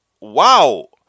wow